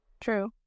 True